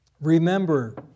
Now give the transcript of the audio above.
Remember